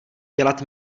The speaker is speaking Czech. dělat